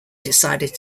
decided